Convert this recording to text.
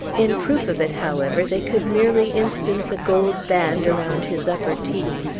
in proof of it, however, they could merely instance a gold band around his upper teeth,